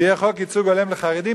שיהיה חוק ייצוג הולם לחרדים,